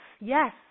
yes